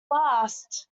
last